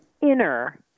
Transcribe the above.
inner